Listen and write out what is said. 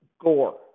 gore